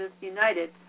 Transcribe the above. United